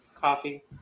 coffee